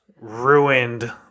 Ruined